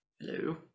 Hello